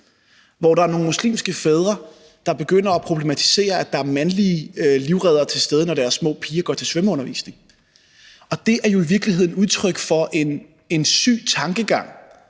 hvor der er nogle muslimske fædre, der begynder at problematisere, at der er mandlige livreddere til stede, når deres små piger går til svømmeundervisning. Og det er jo i virkeligheden udtryk for en syg tankegang,